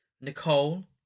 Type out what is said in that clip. Nicole